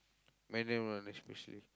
manual one especially